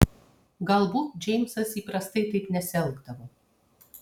galbūt džeimsas įprastai taip nesielgdavo